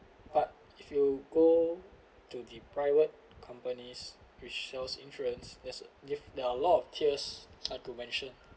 but if you go to the private companies which sells insurance there's a if there're a lot of tiers are to mention